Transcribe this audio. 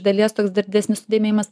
dalies toks dar didesnis sudėmėjimas